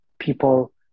people